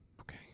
okay